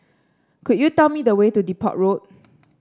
could you tell me the way to Depot Road